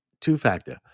Two-factor